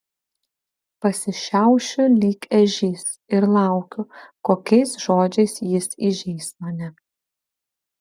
pasišiaušiu lyg ežys ir laukiu kokiais žodžiais jis įžeis mane